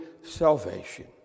salvation